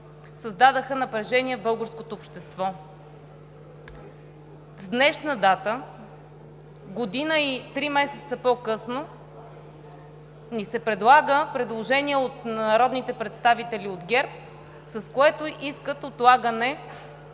създадоха напрежение в българското общество. С днешна дата, година и три месеца по-късно, ни се предлага предложение от народните представители от ГЕРБ, с което искат отлагане